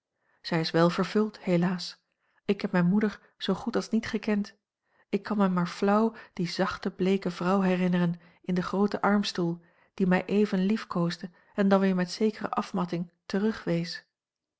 zij is wel vervuld helaas ik heb mijne moeder zoo goed als niet gekend ik kan mij maar flauw die zachte bleeke vrouw herinneren in den grooten armstoel die mij even liefkoosde en dan weer met zekere afmatting terugwees